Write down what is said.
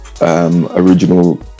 Original